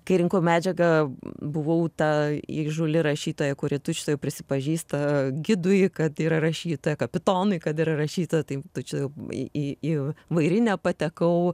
kai rinkau medžiagą buvau ta įžūli rašytoja kuri tučtuojau prisipažįsta gidui kad yra rašytoja kapitonui kad yra rašytoja tai čia į į į vairinę patekau